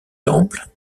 temple